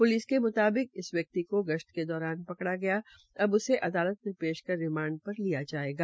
police के म्ताबिक इस व्यक्ति को गश्त के दौरान पकड़ा गया अब उसे अदालत में पेश कर रिमांड पर लिया जायेगा